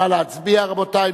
נא להצביע, רבותי.